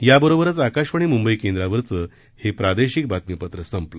याबरोबरच आकाशवाणी मुंबई केंद्रावरचं हे प्रादेशिक बातमीपत्र संपलं